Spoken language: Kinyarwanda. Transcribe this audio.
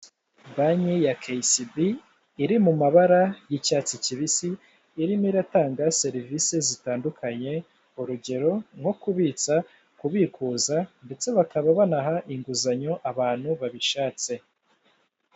Banki ya keyisibi iri mu mabara y'icyatsi kibisi irimo iratanga serivisi zitandukanye urugero nko kubitsa kubikuza ndetse bakaba banaha inguzanyo abantu babishatse.